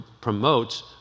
promotes